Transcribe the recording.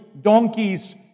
donkeys